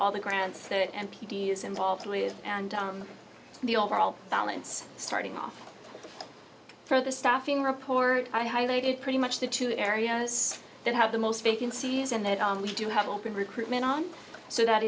all the grants that n p t is involved and the overall balance starting off for the staffing report i highlighted pretty much the two areas that have the most vacancies and that we do have open recruitment on so that